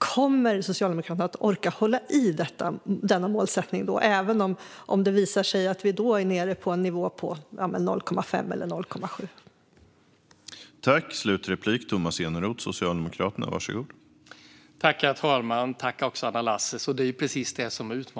Kommer Socialdemokraterna att orka hålla i denna målsättning även om det visar sig att vi då är nere på 0,5 eller 0,7 procent?